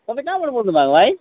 तपाईँ कहाँबाट बोल्नुभएको भाइ